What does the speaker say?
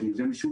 בין אם משולב,